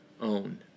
own